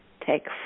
take